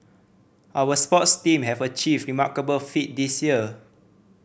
our sports team have achieved remarkable feat this year